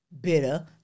bitter